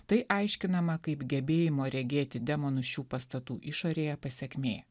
tai aiškinama kaip gebėjimo regėti demonus šių pastatų išorėje pasekmė